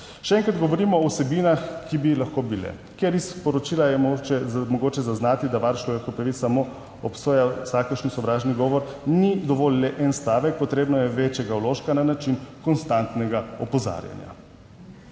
Še enkrat, govorimo o vsebinah, ki bi lahko bile, ker iz poročila je mogoče zaznati, da Varuh človekovih pravic samo obsoja vsakršni sovražni govor, ni dovolj le en stavek, potreben je večji vložek na način konstantnega opozarjanja.